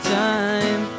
time